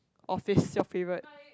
office is your favorite